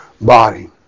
body